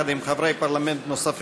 יחד עם חברי פרלמנט נוספים,